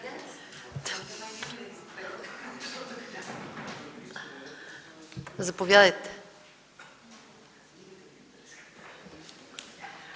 заповядайте!